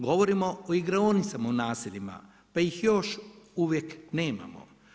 Govorimo o igraonicama u naseljima, pa ih još uvijek nemamo.